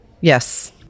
Yes